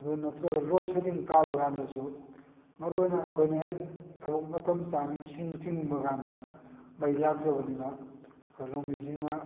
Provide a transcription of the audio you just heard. ꯑꯗꯨ ꯅꯠꯇ꯭ꯔꯒ load shedding ꯇꯥꯕ ꯀꯥꯟꯗꯁꯨ ꯃꯔꯨ ꯑꯣꯏꯅ ꯑꯩꯈꯣꯏꯅ ꯍꯦꯛ ꯊꯕꯛ ꯃꯇꯝ ꯆꯥꯅ ꯏꯁꯤꯡ ꯆꯤꯡꯅꯤꯡꯕ ꯀꯥꯟꯗ ꯃꯩ ꯂꯥꯛꯇ꯭ꯔꯕꯅꯤꯅ ꯑꯩꯈꯣꯏ ꯂꯧꯃꯤ ꯁꯤꯡꯅ